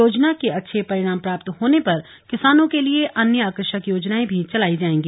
योजना के अच्छे परिणाम प्राप्त होने पर किसानों के लिए अन्य आकर्षक योजनाएं भी चलाई जायेंगी